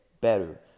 better